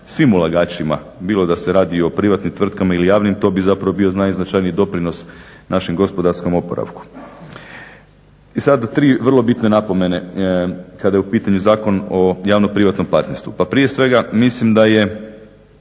svim ulagačima bilo da se radi o privatnim tvrtkama ili javnim to bi zapravo bio najznačajniji doprinos našem gospodarskom oporavku. I sad tri vrlo bitne napomene. Kada je u pitanju Zakon o javno-privatnom partnerstvu. Pa prije svega mislim da je